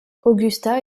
augusta